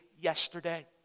yesterday